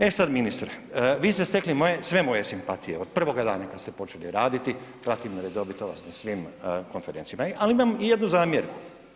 E sada ministre, vi ste stekli sve moje simpatije od prvoga dana kada ste počeli raditi, pratim redovito vas na svim konferencijama, ali imam jednu zamjerku.